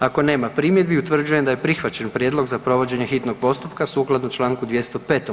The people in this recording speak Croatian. Ako nema primjedbi utvrđujem da je prihvaćen prijedlog za provođenje hitnog postupka sukladno čl. 205.